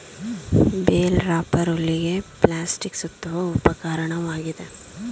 bale wrapper ಹುಲ್ಲಿಗೆ plastic ಸುತ್ತುವ ಉಪಕರಣವಾಗಿದೆ